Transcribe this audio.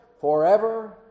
forever